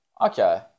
Okay